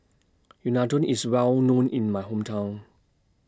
Unadon IS Well known in My Hometown